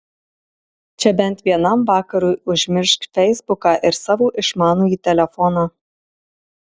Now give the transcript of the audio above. čia bent vienam vakarui užmiršk feisbuką ir savo išmanųjį telefoną